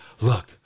look